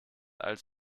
als